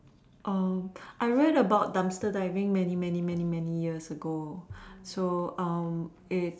um I read of dumpster diving many many many many years ago so um it's